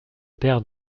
père